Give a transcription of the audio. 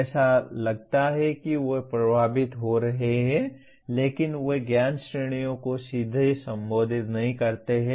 ऐसा लगता है कि वे प्रभावित हो रहे हैं लेकिन वे ज्ञान श्रेणियों को सीधे संबोधित नहीं करते हैं